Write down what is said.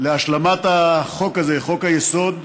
להשלמת החוק הזה, חוק-היסוד,